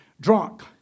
drunk